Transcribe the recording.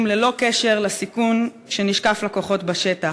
ללא קשר לסיכון שנשקף לכוחות בשטח.